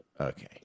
Okay